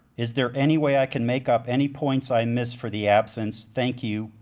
is there any way i can make up any points i miss for the absence? thank you,